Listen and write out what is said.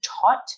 taught